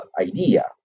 idea